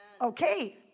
Okay